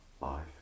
life